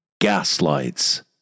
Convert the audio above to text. Gaslights